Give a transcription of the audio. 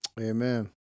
Amen